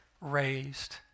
raised